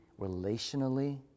relationally